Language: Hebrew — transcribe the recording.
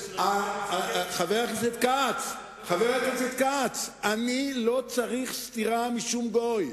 חבר הכנסת כץ, אני לא צריך סטירה משום גוי.